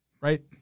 right